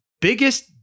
biggest